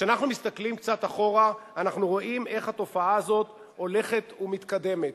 כשאנחנו מסתכלים קצת אחורה אנחנו רואים איך התופעה הזאת הולכת ומתקדמת.